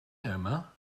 omar